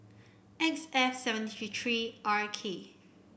X F seven three R K